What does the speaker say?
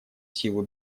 силу